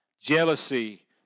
jealousy